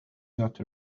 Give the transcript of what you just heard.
got